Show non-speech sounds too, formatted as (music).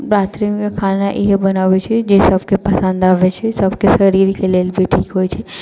(unintelligible) खाना इहे बनाबै छी जे सभके पसन्द आबै छै सभके शरीरके लेल भी ठीक होइ छै